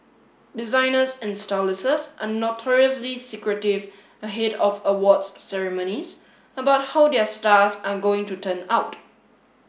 designers and are notoriously secretive ahead of awards ceremonies about how their stars are going to turn out